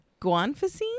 guanfacine